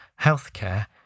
healthcare